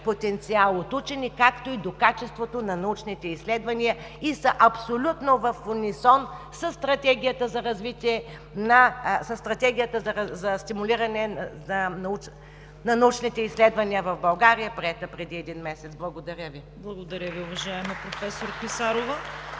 потенциал от учени, както и до качеството на научните изследвания и са абсолютно в унисон със Стратегията за стимулиране на научните изследвания в България, приета преди един месец. Благодаря Ви. (Ръкопляскания от „БСП за